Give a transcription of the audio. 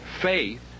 faith